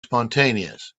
spontaneous